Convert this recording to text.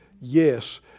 yes